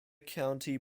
county